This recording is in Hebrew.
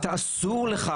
אסור לך